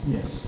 Yes